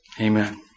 Amen